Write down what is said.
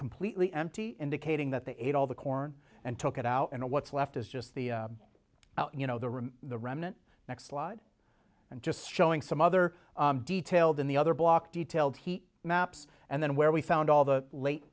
completely empty indicating that they ate all the corn and took it out and what's left is just the you know the really the remnant next slide and just showing some other detail than the other block detailed he maps and then where we found all the late